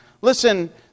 Listen